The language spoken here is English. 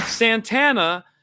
Santana